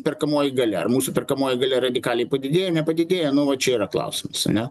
perkamoji galia mūsų perkamoji galia radikaliai padidėja nepadidėja nu va čia yra klausimas ane